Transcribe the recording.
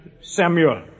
Samuel